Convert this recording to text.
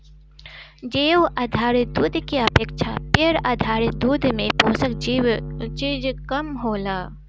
जीउ आधारित दूध की अपेक्षा पेड़ आधारित दूध में पोषक चीज कम होला